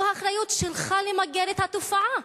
זו האחריות שלך למגר את התופעה.